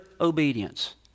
obedience